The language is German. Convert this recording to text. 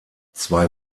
zwei